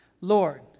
Lord